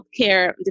healthcare